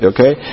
Okay